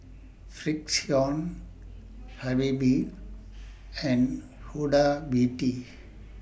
Frixion Habibie and Huda Beauty